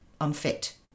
unfit